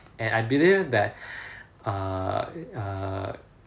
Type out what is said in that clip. and I believe that err err